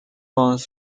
was